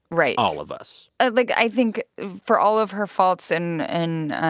right. all of us like, i think for all of her faults and and